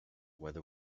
whether